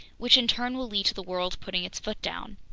which in turn will lead to the world putting its foot down.